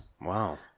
Wow